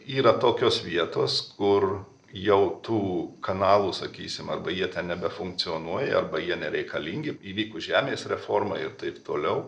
yra tokios vietos kur jau tų kanalų sakysim arba jie ten nebefunkcionuoja arba jie nereikalingi įvykus žemės reformai ir taip toliau